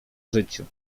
życiu